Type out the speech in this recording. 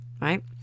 right